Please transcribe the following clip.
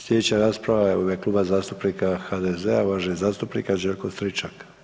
Sljedeća rasprava je u ime Kluba zastupnika HDZ-a, uvaženi zastupnik Anđelko Stričak.